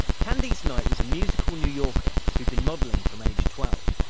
candice night was a musical new yorker, who had been modelling from age twelve.